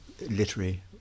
literary